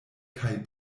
kaj